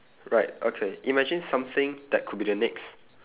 right okay imagine something that could be the next